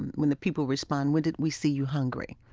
and when the people respond, when did we see you hungry?